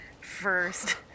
first